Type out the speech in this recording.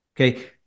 okay